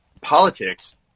Politics